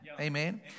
Amen